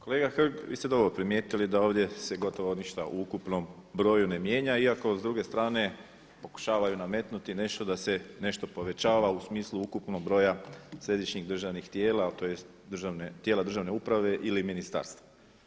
Kolega Hrg, vi ste dobro primijetili da ovdje se gotovo ništa u ukupnom broju ne mijenja iako s druge strane pokušavaju nametnuti nešto da se nešto povećava u smislu ukupnog broja središnjih državnih tijela tj. tijela državne uprave ili ministarstva.